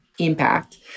impact